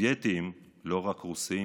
לא רק רוסים,